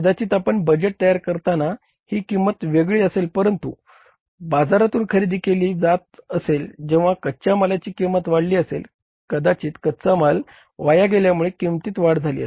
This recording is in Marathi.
कदाचित आपण बजेट तयार करताना ती किंमत वेगळी असेल परंतु बाजारातून खरेदी केली जात असेल तेव्हा कच्या मालाची किंमत वाढली असेल किंवा कदाचित कच्चा माल वाया गेल्यामुळे किंमतीत वाढ झाली असेल